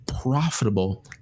profitable